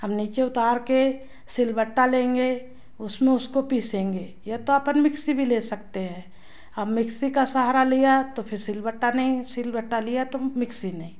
हम नीचे उतार के सिलवट्टा लेंगे उसमें उसको पीसेंगे या तो अपन मिक्सी भी ले सकते हैं हम मिक्सी का सहारा लिया तो फिर सिलवट्टा नहीं सिलवट्टा लिया तो मिक्सी नहीं